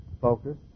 focus